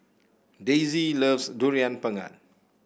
Daisye loves Durian Pengat